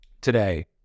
today